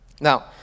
Now